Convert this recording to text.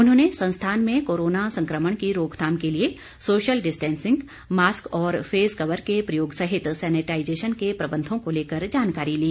उन्होंने संस्थान में कोरोना संक्रमण की रोकथाम के लिए सोशल डिस्टेंसिंग मास्क और फेस कवर के प्रयोग सहित सैनिटाइज़ेशन के प्रबंधों को लेकर जानकारी ली